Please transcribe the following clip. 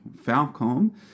Falcom